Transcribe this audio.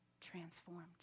transformed